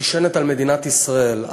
נשענת על כלכלת ישראל,